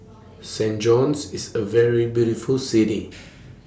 Saint John's IS A very beautiful City